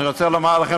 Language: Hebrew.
אני רוצה לומר לכם,